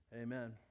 amen